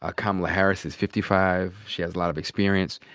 ah kamala harris is fifty five. she has a lot of experience.